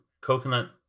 coconut